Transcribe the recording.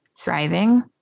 thriving